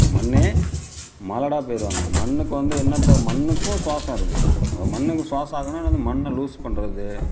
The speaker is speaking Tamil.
மண்ணே மலடாக போயிடுவாங்க மண்ணுக்கு வந்து என்னாத்தை மண்ணுக்கும் சுவாசம் இருக்குது மண்ணுக்கு சுவாசம் ஆகுதுனால் என்னது மண்ணை லூஸ் பண்ணுறது